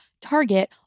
Target